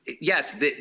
Yes